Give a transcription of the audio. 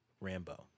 Rambo